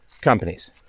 companies